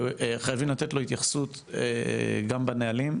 וחייבים לתת לו התייחסות גם בנהלים,